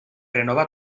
renovar